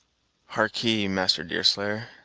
harkee, master deerslayer,